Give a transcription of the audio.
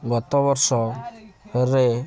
ଗତ ବର୍ଷରେ